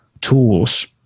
tools